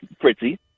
Fritzy